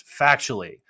Factually